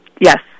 Yes